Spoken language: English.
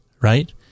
right